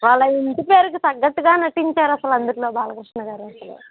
వాళ్ళ ఇంటి పేరుకి తగ్గట్టుగా నటించారసల అందులో బాలకృష్ణ గారు అస్సలు